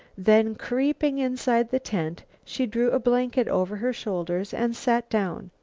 then, creeping inside the tent, she drew a blanket over her shoulders and sat down,